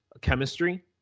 chemistry